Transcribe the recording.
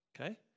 Okay